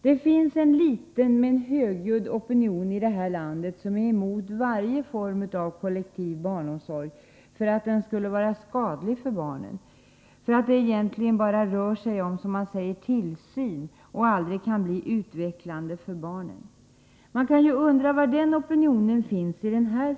Det finns en liten men högljudd opinion i det här landet som är emot varje form av kollektiv barnomsorg, därför att den skulle vara skadlig för barnen och därför att det egentligen bara rör sig om — som man säger — tillsyn och att den aldrig kan bli utvecklande för barnen. Man kan ju undra var den opinionen finns i denna fråga.